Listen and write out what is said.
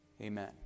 Amen